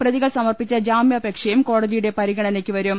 പ്രതികൾ സമർപ്പിച്ച ജാമ്യാപേക്ഷയും കോടതിയുടെ പരിഗണനയ്ക്ക് വരും